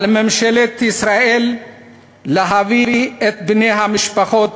על ממשלת ישראל להביא את בני המשפחות